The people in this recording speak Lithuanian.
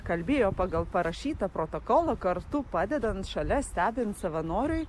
kalbėjo pagal parašytą protokolą kartu padedant šalia stebint savanoriui